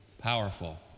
Powerful